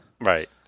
right